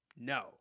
No